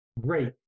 great